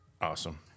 Awesome